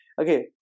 Okay